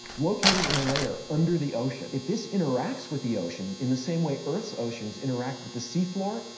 located in a layer under the ocean. if this interacts with the ocean in the same way earth's oceans interact with the sea floor,